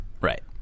Right